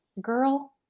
girl